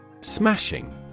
Smashing